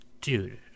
Dude